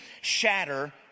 shatter